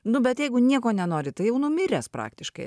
nu bet jeigu nieko nenori tai jau numiręs praktiškai